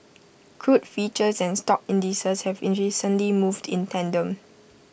crude futures and stock indices have recently moved in tandem